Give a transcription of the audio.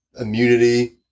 immunity